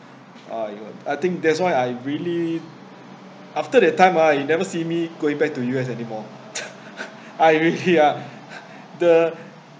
!aiyo! I think that's why I really after that time ah you never see me going back to U_S anymore I really ah the